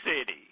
city